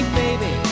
baby